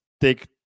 take